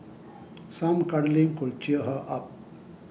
some cuddling could cheer her up